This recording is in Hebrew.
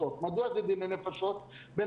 פתרון.